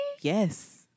Yes